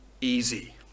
easy